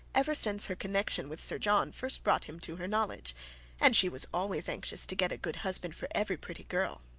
ever since her connection with sir john first brought him to her knowledge and she was always anxious to get a good husband for every pretty girl.